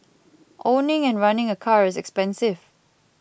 owning and running a car is expensive